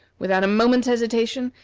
without a moment's hesitation,